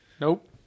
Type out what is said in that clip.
Nope